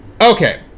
Okay